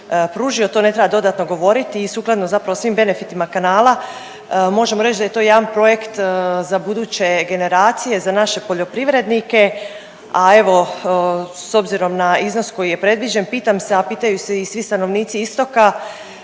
To ne treba dodatno govoriti. I sukladno zapravo svim benefitima kanala možemo reći da je to jedan projekt za buduće generacije, za naše poljoprivrednike. A evo, s obzirom na iznos koji je predviđen pitam se, a pitaju se i svi stanovnici istoka